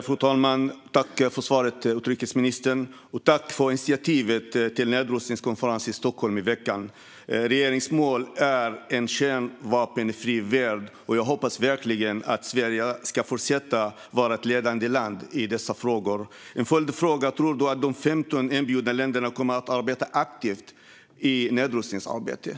Fru talman! Jag tackar för svaret, utrikesministern. Tack för initiativet till nedrustningskonferensen i Stockholm i veckan! Regeringens mål är en kärnvapenfri värld, och jag hoppas verkligen att Sverige ska fortsätta att vara ett ledande land i dessa frågor. Jag har en följdfråga. Tror ministern att de 15 inbjudna länderna kommer att arbeta aktivt i nedrustningsarbetet?